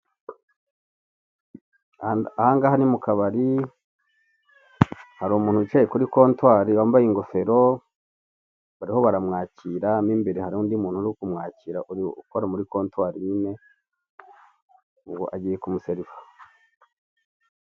Ahangaha ni mu kabari hari umuntu wicaye kuri kontwari wambaye ingofero bariho baramwakira, mo imbere hari undi muntu uri kumwakira ukora muri kontwari nyine ubu agiye kumuseriva.